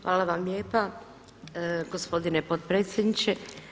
Hvala vam lijepa gospodine potpredsjedniče.